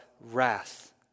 wrath